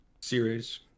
Series